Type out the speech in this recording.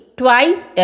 twice